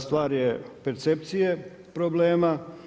Stvar je percepcije problema.